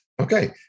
Okay